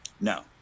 No